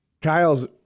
Kyle's